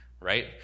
Right